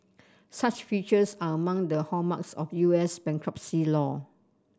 such features are among the hallmarks of U S bankruptcy law